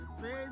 praise